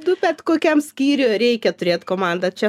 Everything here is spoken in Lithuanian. tu bet kokiam skyriui reikia turėt komandą čia